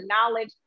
knowledge